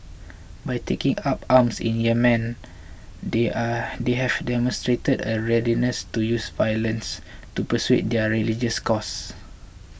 by taking up arms in Yemen they are they have demonstrated a readiness to use violence to pursue their religious cause